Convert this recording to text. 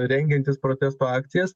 rengiantis protesto akcijas